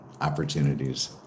opportunities